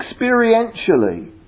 experientially